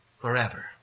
forever